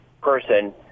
Person